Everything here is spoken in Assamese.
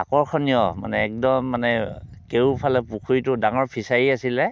আকৰ্ষণীয় মানে একদম মানে কেওফালে পুখুৰীটো ডাঙৰ ফিচাৰি আছিলে